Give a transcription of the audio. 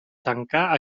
tancar